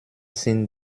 sinn